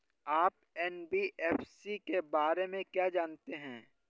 आप एन.बी.एफ.सी के बारे में क्या जानते हैं?